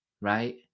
right